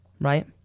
right